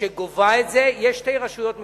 שגובה את זה, יש שתי רשויות מקומיות,